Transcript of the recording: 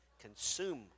consume